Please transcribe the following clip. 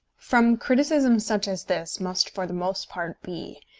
from criticism such as this must for the most part be,